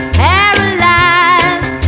paralyzed